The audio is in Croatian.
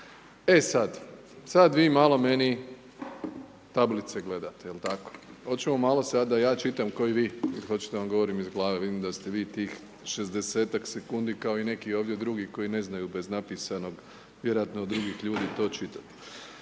E sada, sada vi malo meni tablice gledate. Je li tako? Hoćemo malo sad da i ja čitam kao i vi ili hoćete da vam govorim iz glave? Vidim da ste vi tih 60-ak sekundi kao i neki ovdje drugi koji ne znaju bez napisanog, vjerojatno od drugih ljudi to čitati.